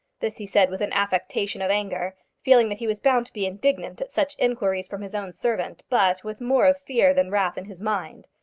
this he said with an affectation of anger, feeling that he was bound to be indignant at such inquiries from his own servant, but with more of fear than wrath in his mind.